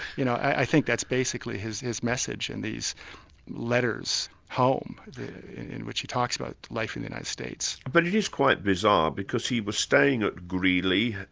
you know i think that's basically his his message in these letters home in which he talks about life in the united states. but it is quite bizarre, because he was staying at greeley,